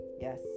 yes